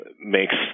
makes